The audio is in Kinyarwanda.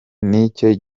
nicyo